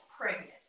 pregnant